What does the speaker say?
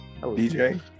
dj